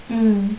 mm